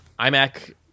iMac